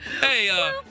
Hey